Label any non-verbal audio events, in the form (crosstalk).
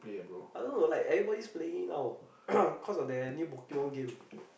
I don't know like everybody is playing it now (coughs) cause of their new pokemon game